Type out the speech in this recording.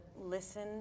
listen